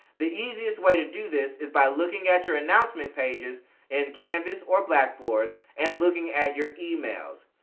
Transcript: the easiest way to do this is by looking at your announcement pages in canvas or blackboard and looking at your emails.